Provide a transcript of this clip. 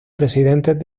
presidentes